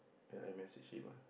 then I message him ah